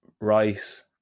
rice